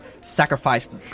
sacrificed